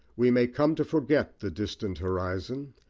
we may come to forget the distant horizon,